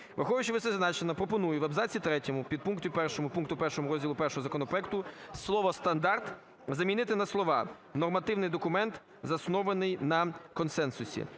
Враховуючи вищезазначене, пропоную в абзаці третьому підпункті 1 пункту 1 розділу І законопроекту слово "стандарт" замінити на слова "нормативний документ, заснований на консенсусі".